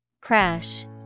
Crash